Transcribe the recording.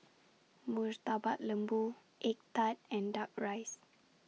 Murtabak Lembu Egg Tart and Duck Rice